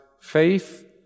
faith